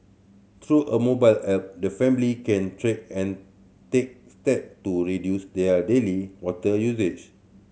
through a mobile app the family can track and take step to reduce their daily water usage